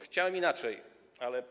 Chciałem inaczej, ale.